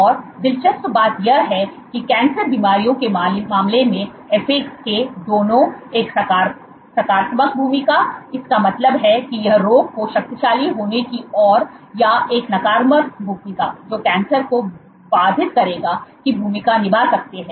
और दिलचस्प बात यह है कि कैंसर बीमारियों के मामले में FAK दोनों एक सकारात्मक भूमिका इसका मतलब है कि यह रोग के शक्तिशाली होने की ओर या एक नकारात्मक भूमिका जो कैंसर को बाधित करेगा की भूमिका निभा सकते हैं